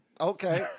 okay